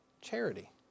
charity